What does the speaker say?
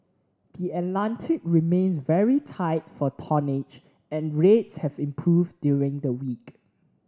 the Atlantic remains very tight for tonnage and rates have improved during the week